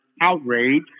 outrage